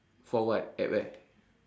for what at where